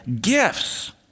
gifts